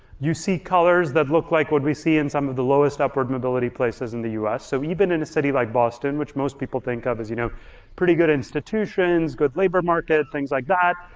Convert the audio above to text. you see colors that look like what we see in some of the lowest upward mobility places in the us. so even in a city like boston, which most people think of as you know pretty good institutions, good labor market, things like that,